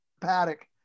paddock